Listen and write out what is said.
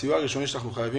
הסיוע הראשוני שאנחנו חייבים